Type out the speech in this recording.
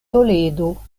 toledo